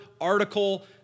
article